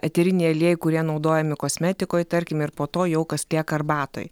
eteriniai aliejai kurie naudojami kosmetikoj tarkim ir po to jau kas lieka arbatoj